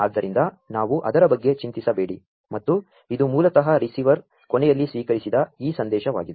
ಆದ್ದರಿಂ ದ ನಾ ವು ಅದರ ಬಗ್ಗೆ ಚಿಂ ತಿಸಬೇ ಡಿ ಮತ್ತು ಇದು ಮೂ ಲತಃ ರಿಸೀ ವರ್ ಕೊ ನೆಯಲ್ಲಿ ಸ್ವೀ ಕರಿಸಿದ ಈ ಸಂ ದೇ ಶವಾ ಗಿದೆ